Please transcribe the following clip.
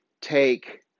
take